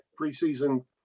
preseason